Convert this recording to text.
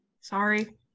sorry